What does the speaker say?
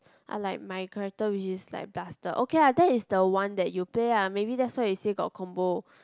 I like my character which is like duster okay lah that is the one that you pay ah maybe that's why you say got a combo